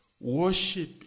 Worship